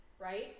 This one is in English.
right